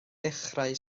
ddechrau